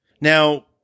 Now